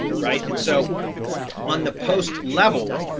right. and so on the post level,